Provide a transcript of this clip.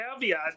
caveat